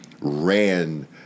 ran